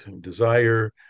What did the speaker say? desire